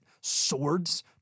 swords